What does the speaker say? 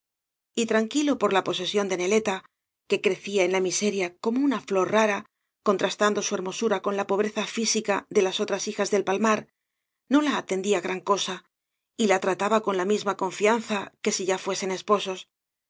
y tranquilo por la posesión de neleta que crecía en la miseria como una flor rara contrastando su hermosura con la pobreza física de las otras hijas del palmar no la atendía gran cosa y la trataba con la misma confianza que si ya fuesen esposos